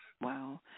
Wow